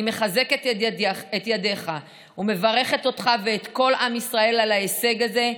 אני מחזקת את ידיך ומברכת אותך ואת כל עם ישראל על ההישג הזה,